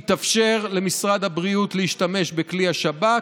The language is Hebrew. יתאפשר למשרד הבריאות להשתמש בכלי השב"כ.